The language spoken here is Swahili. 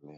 shuleni.